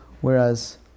whereas